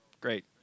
great